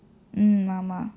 mm ஆமாம்:aamaam